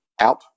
out